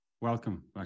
Welcome